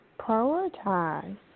Prioritize